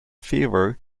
favor